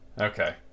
Okay